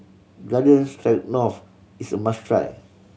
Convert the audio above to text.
Garden Stroganoff is a must try